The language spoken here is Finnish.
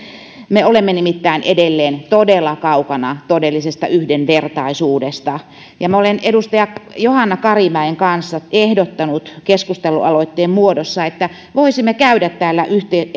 me olemme nimittäin edelleen todella kaukana todellisesta yhdenvertaisuudesta ja minä olen edustaja johanna karimäen kanssa ehdottanut keskustelualoitteen muodossa että voisimme käydä täällä